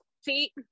see